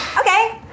Okay